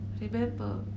Remember